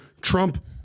Trump